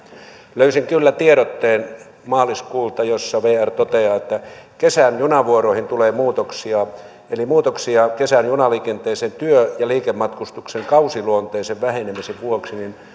löysin kyllä tiedotteen maaliskuulta jossa vr toteaa että kesän junavuoroihin tulee muutoksia eli muutoksia kesän junaliikenteeseen työ ja liikematkustuksen kausiluonteisen vähenemisen vuoksi